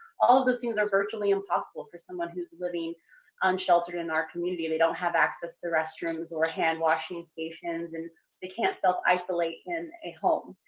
all of those things are virtually impossible for someone who's living unsheltered in our community. they don't have access to restrooms or handwashing stations and they can't self-isolate in a home.